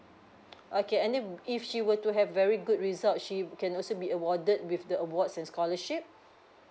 okay and then if she were to have very good result she can also be awarded with the awards and scholarship